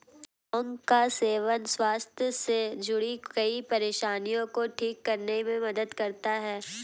लौंग का सेवन स्वास्थ्य से जुड़ीं कई परेशानियों को ठीक करने में मदद करता है